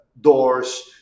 doors